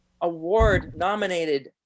award-nominated